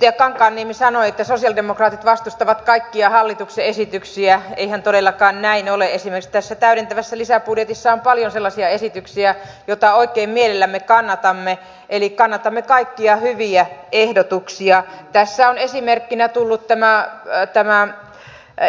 ja kankaanniemi sanoi te sosialidemokraatit vastustavat kaikkia hallituksen esityksiä ei todellakaan näin ole esimiestensä täydentävässä lisäbudjetissa paljon sellaisia esityksiä joita oikein mielellämme kannatamme eli kannatamme kaikkia hyviä ehdotuksia tässä on esimerkkinä tullut enää ei tämän